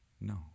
no